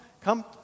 come